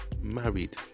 married